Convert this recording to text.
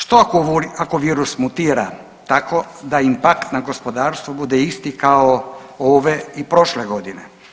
Što ako virus mutira tako da impakt na gospodarstvo bude isti kao ove i prošle godine?